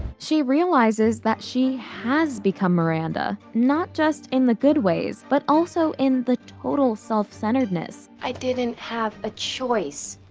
she realizes that she has become miranda, not just in the good ways, but also in the total self-centeredness. i didn't have a choice.